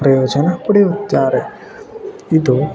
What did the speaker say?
ಪ್ರಯೋಜನ ಪಡೆಯುತ್ತಾರೆ ಇದು